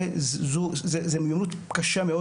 זה מיומנות קשה מאוד.